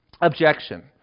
objection